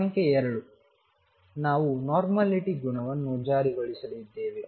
ಸಂಖ್ಯೆ 2 ಇದು ನಾವು ನೋರ್ಮಲಿಟಿ ಗುಣವನ್ನು ಜಾರಿಗೊಳಿಸಲಿದ್ದೇವೆ